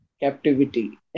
captivity